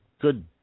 good